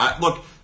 Look